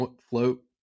float